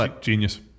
Genius